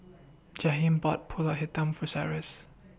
Jaheim bought Pulut Hitam For Cyrus